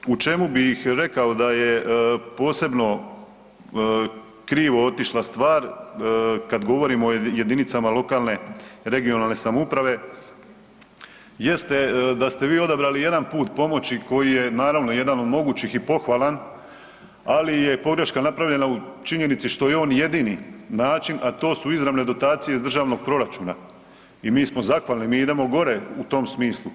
Ono što, u čemu bih rekao da je posebno krivo otišla stvar, kad govorimo o jedinicama lokalne i regionalne samouprave jeste da ste vi odabrali jedan put pomoći koji je, naravno, jedan od mogućih i pohvalan, ali je pogreška napravljena u činjenici što je on jedini način, a to su izravne dotacije iz državnog proračuna i mi smo zahvalni, mi idemo gore u tom smislu.